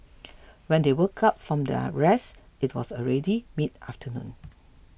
when they woke up from their rest it was already mid afternoon